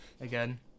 Again